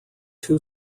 two